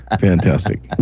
Fantastic